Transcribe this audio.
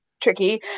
tricky